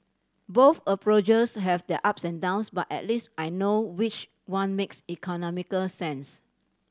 both approaches have their ups and downs but at least I know which one makes economical sense